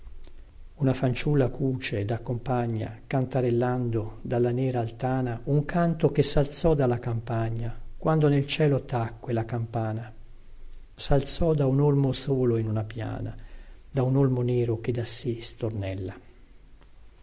una fanciulla cuce ed accompagna cantarellando dalla nera altana un canto che salzò dalla campagna quando nel cielo tacque la campana salzò da un olmo solo in una piana da un olmo nero che da sé stornella